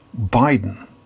Biden